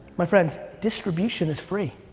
my friends, distribution is free.